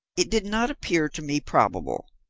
it did not appear to me probable,